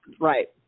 Right